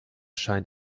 scheint